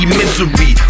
misery